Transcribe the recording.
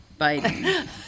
biden